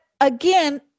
again